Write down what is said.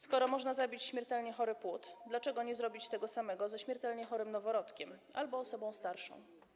Skoro można zabić śmiertelnie chory płód, dlaczego nie zrobić tego samego ze śmiertelnie chorym noworodkiem albo osobą starszą?